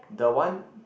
the one